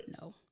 No